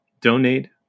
Donate